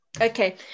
Okay